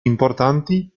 importanti